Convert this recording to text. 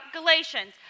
Galatians